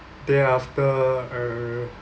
thereafter uh